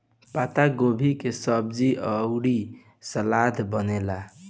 पातगोभी के सब्जी अउरी सलाद बनेला